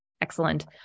Excellent